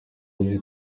uzi